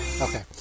Okay